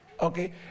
Okay